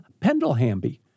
Pendlehamby